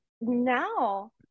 Now